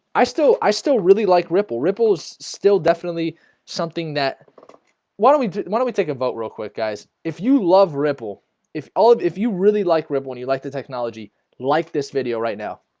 i still i still really like ripple ripple is still definitely something that why don't we do? why don't we take a vote real quick guys if you love ripple if all if if you really like rippling and you like the technology like this video right now.